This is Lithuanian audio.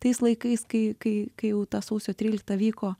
tais laikais kai kai kai jau ta sausio trylikta vyko